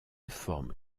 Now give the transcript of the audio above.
forme